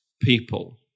people